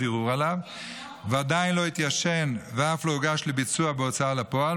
ערעור עליו ועדיין לא התיישן ואף לא הוגש לביצוע בהוצאה לפועל,